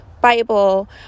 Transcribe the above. Bible